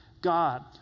God